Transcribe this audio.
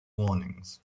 warnings